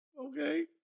Okay